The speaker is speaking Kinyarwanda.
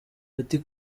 ati